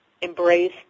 embrace